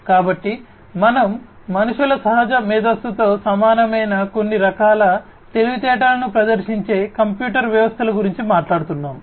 కాబట్టి మనం మనుషుల సహజ మేధస్సుతో సమానమైన కొన్ని రకాల తెలివితేటలను ప్రదర్శించే కంప్యూటర్ వ్యవస్థల గురించి మాట్లాడుతున్నాము